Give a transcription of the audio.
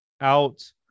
out